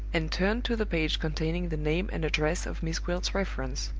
and turned to the page containing the name and address of miss gwilt's reference.